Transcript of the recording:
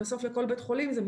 ויש את בוררות גולדנברג שקבעה את